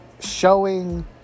showing